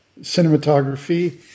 cinematography